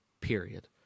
period